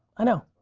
i know.